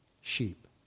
sheep